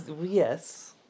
Yes